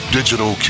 Digital